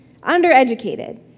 Undereducated